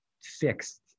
fixed